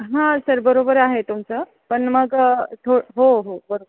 हां सर बरोबर आहे तुमचं पण मग तो हो हो बरोबर